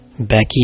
Becky